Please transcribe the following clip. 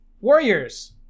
Warriors